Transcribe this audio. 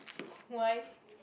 why